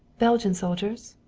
belgian soldiers?